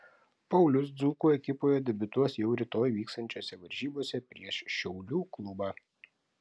paulius dzūkų ekipoje debiutuos jau rytoj vyksiančiose varžybose prieš šiaulių klubą